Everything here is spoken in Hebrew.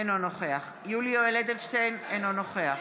אינו נוכח יולי יואל אדלשטיין, אינו נוכח